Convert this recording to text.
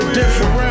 different